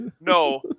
No